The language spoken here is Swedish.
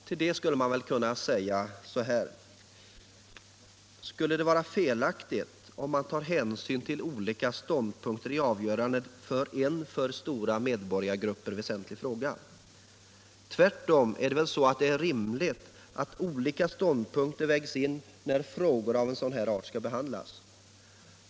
Till detta kan sägas: Skulle det vara felaktigt om man tog hänsyn till olika ståndpunkter i avgörandet av en för stora medborgargrupper väsentlig fråga? Tvärtom är det väl rimligt att olika ståndpunkter vägs in, när frågor av denna art skall behandlas.